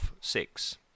six